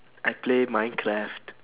I play minecraft